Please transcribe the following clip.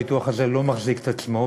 הביטוח הזה לא מחזיק את עצמו,